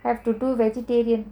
I have to do vegetarian